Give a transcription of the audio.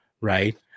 right